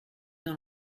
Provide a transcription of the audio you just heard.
dans